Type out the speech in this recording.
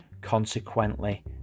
consequently